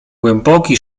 głęboki